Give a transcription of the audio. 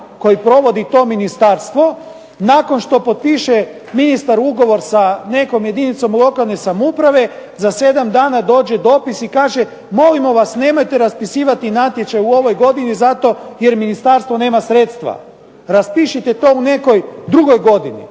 koji provodi to ministarstvo, nakon što potpiše ministar ugovor sa nekom jedinicom lokalne samouprave za 7 dana dođe dopis i kaže molimo vas nemojte raspisivati natječaj u ovoj godini zato jer ministarstvo nema sredstva, raspišite to u nekoj drugoj godini,